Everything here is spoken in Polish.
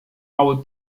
mały